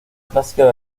clásica